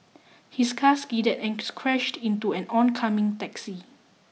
his car skidded and crashed into an oncoming taxi